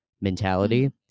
mentality